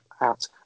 out